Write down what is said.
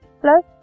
plus